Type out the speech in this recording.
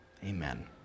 Amen